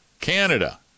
Canada